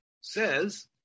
says